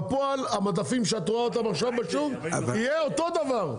בפועל המדפים שאת רואה אותם עכשיו בשוק יהיו אותו הדבר,